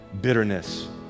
bitterness